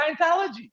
Scientology